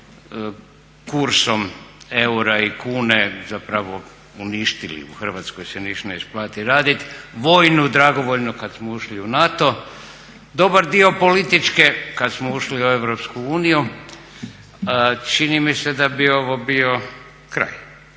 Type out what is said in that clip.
kursom eura i kune uništili, u Hrvatskoj se niš ne isplati raditi, vojnu dragovoljno kada smo ušli u NATO, dobar dio političke kada smo ušli u EU. čini mi se da bi ovo bio kraj.